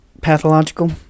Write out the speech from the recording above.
pathological